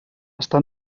està